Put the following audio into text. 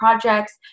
projects